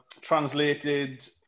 translated